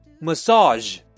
Massage